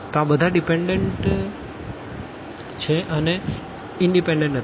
તો આ બધા ડિપેનડન્ટ છે અને ઇનડિપેનડન્ટ નથી